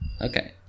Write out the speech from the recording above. Okay